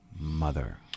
mother